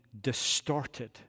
distorted